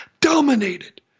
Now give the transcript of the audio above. dominated